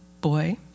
boy